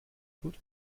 tut